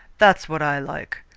that's what i like.